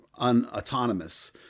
unautonomous